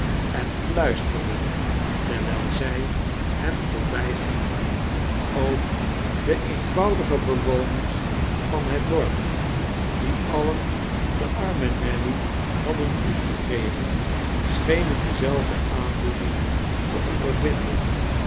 en fluisterden terwijl zij hem voorbijgingen ook de eenvoudige bewoners van het dorp die alien de arme nelly hadden lief gekregen schenen dezelfde aandoening te ondervinden